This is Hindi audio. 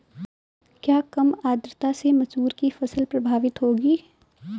क्या कम आर्द्रता से मसूर की फसल प्रभावित होगी?